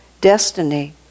destiny